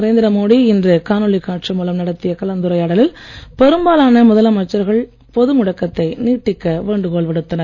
நரேந்திர மோடி இன்று காணொளி காட்சி மூலம் நடத்திய கலந்துரையாடலில் பெரும்பாலான முதலமைச்சர்கள் பொது முடக்கத்தை நீட்டிக்க வேண்டுகோள் விடுத்தன